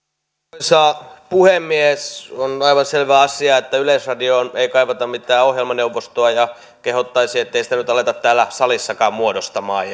arvoisa puhemies on aivan selvä asia että yleisradioon ei kaivata mitään ohjelmaneuvostoa ja kehottaisin ettei sitä nyt aleta täällä salissakaan muodostamaan